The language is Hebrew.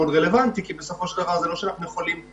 אם אנחנו לא מכים בזה עכשיו